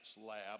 lab